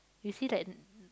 you see like